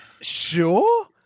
Sure